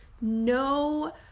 no